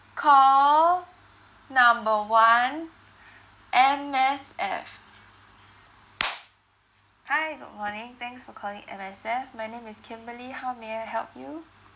call number one M_S_F hi good morning thanks for calling M_S_F my name is kimberly how may I help you